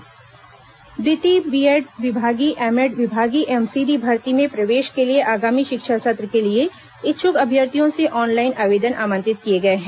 BEd MEd भर्ती द्विवर्षीय BEd विभागीय एमएड विभागीय एवं सीधी भर्ती में प्रवेश के लिए आगामी शिक्षा सत्र के लिए इच्छुक अभ्यर्थियों से ऑनलाइन आवेदन आमंत्रित किये गए हैं